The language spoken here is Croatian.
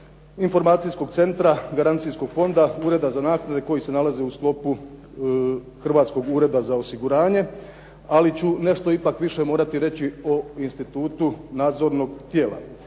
informacijskog centra, garancijskog fonda, ureda za naknade koji se nalazi u sklopu Hrvatskog ureda za osiguranje, ali ću ipak nešto više morati reći o institutu nadzornog tijela.